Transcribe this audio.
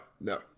no